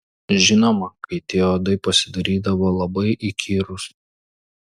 žinoma kai tie uodai pasidarydavo labai įkyrūs